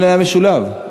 בעד, 20, שלושה מתנגדים.